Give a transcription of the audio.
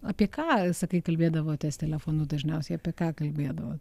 apie ką sakai kalbėdavotės telefonu dažniausiai apie ką kalbėdavot